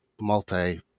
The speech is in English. multi